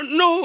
no